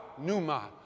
Numa